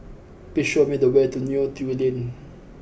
please show me the way to Neo Tiew Lane